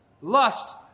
lust